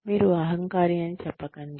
మీరు అహంకారి అని చెప్పకండి